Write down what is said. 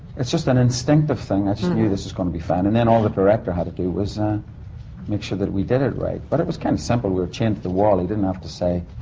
it's just an instinctive thing. i just knew this was gonna be fun. and then all the director had to do was make sure that we did it right. but it was kind of simple. we were chained to the wall. he didn't have to say.